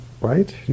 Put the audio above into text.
right